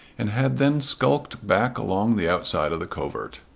and had then skulked back along the outside of the covert.